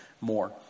more